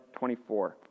24